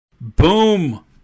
Boom